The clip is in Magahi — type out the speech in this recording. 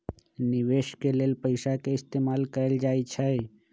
निवेश के लेल पैसा के इस्तमाल कएल जाई छई